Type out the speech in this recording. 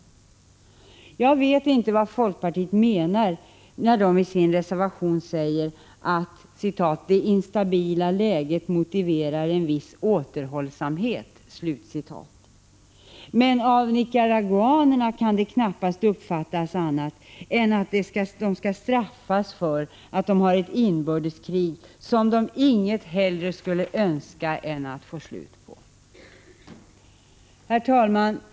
Jag vet inte vad folkpartisterna menar när de i sin reservation skriver att ”det instabila läget motiverar en viss återhållsamhet”. Av nicaraguanerna kan det knappast uppfattas på annat sätt än att de skall straffas för att de har ett inbördeskrig, som de inget hellre önskar än att få slut på. Herr talman!